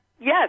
Yes